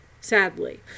sadly